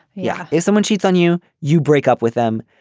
yeah. if someone cheats on you you break up with them.